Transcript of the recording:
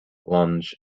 lange